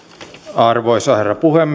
arvoisa herra puhemies